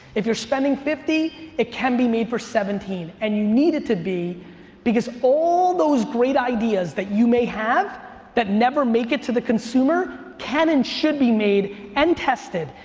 if you're spending fifty, it can be made for seventeen, and you need it to be because all those great ideas that you may have that never make it to the consumer can and should be made and tested.